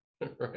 Right